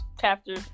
chapter